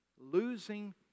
losing